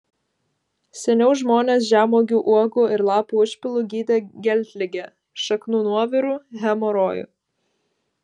seniau žmonės žemuogių uogų ir lapų užpilu gydė geltligę šaknų nuoviru hemorojų